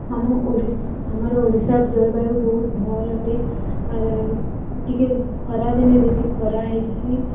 ଆମ ଓଡ଼ିଶ୍ ଆମର ଓଡ଼ିଶାର ଜଳବାୟୁ ବହୁତ ଭଲ୍ ଅଟେ ଆର୍ ଟିକେ ଖରାଦିନେ ବେଶୀ ଖରା ହେଇସି